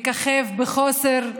מככב בחוסר,